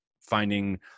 finding